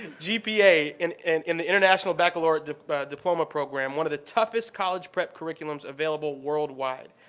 and gpa in and in the international baccalaureate diploma program. one of the toughest college prep curriculums available worldwide.